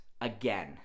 again